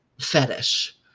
fetish